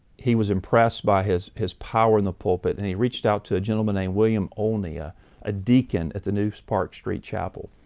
he was impressed by his his power in the pulpit and he reached out to a gentleman named william olney, ah a deacon at the new park street chapel.